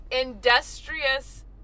industrious